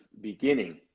beginning